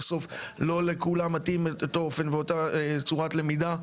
ההבנה היא שבסוף לא לכולם מתאים את אותו אופן ואותה צורת למידה.